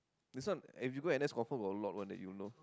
this one if you go n_s confirm got a lot one that you know